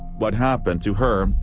what happened to her,